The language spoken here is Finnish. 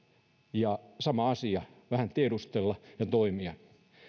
ja sama asia vähän tiedustella ja toimia